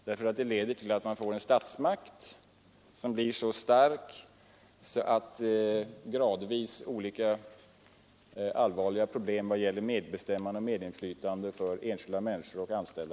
Det leder till att man får en statsmakt som blir så stark att gradvis olika allvarliga problem kommer att göra sig gällande i fråga om medbestämmande och medinflytande för enskilda människor och anställda.